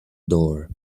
door